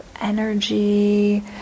energy